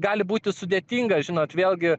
gali būti sudėtinga žinot vėlgi